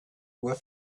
were